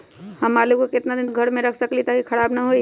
हम आलु को कितना दिन तक घर मे रख सकली ह ताकि खराब न होई?